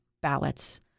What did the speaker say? ballots